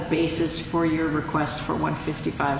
basis for your request for one fifty five